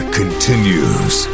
continues